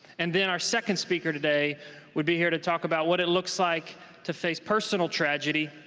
and then, our second speaker today would be here to talk about what it looks like to face personal tragedy,